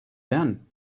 done